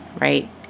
right